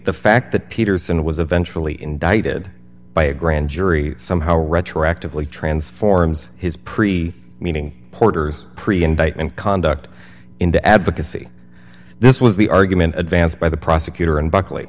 the fact that peterson was eventually indicted by a grand jury somehow retroactively transforms his pre meaning porter's pre invasion and conduct into advocacy this was the argument advanced by the prosecutor and buckley